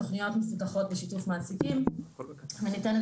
התכניות מפותחות בשיתוף מעסיקים וניתנת